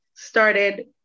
started